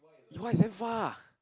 it's damn far